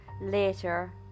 Later